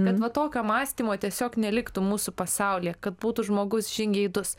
kad va tokio mąstymo tiesiog neliktų mūsų pasaulyje kad būtų žmogus žingeidus